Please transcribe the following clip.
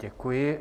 Děkuji.